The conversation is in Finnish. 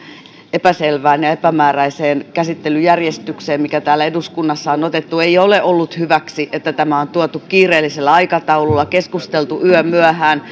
epäselvään ja epämääräiseen käsittelyjärjestykseen mikä täällä eduskunnassa on on otettu ei ole ollut hyväksi että tämä on tuotu kiireellisellä aikataululla keskusteltu yömyöhään